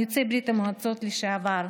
יוצאי ברית המועצות לשעבר.